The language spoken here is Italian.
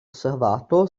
osservato